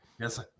Yes